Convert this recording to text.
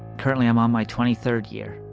currently, i'm on my twenty third year.